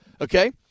Okay